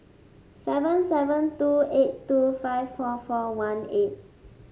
seven seven two eight two five four four one eight